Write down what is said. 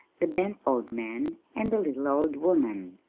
the bent old man, and the little old woman.